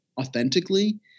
authentically